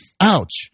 ouch